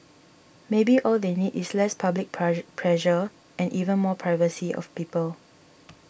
maybe all they need is less public pressure and even more privacy of people